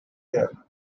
there